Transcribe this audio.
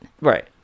right